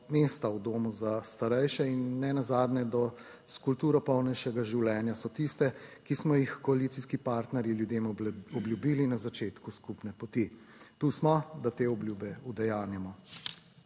mesta v domu za starejše in nenazadnje s kulturo polnejšega življenja so tiste, ki smo jih koalicijski partnerji ljudem obljubili na začetku skupne poti. Tu smo, da te obljube udejanjamo.